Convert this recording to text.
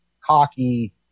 cocky